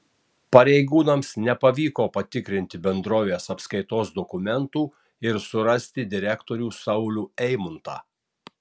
pareigūnams nepavyko patikrinti bendrovės apskaitos dokumentų ir surasti direktorių saulių eimuntą